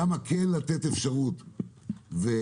למה כן לתת אפשרות לשווק.